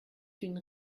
une